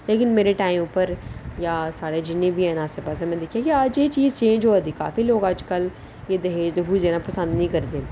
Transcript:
लेकिन मेरे टाइम पर जां जिन्ने बी ह़े न साढै आसै पासै में दिक्खे अज्ज एह् चीज चेंज होआ दी लोक अजकल दाज द्हूज लेना पसंद निं करदे